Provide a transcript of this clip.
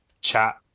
chat